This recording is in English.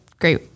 great